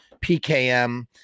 PKM